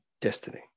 destiny